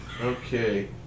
Okay